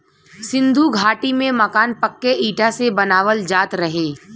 सिन्धु घाटी में मकान पक्के इटा से बनावल जात रहे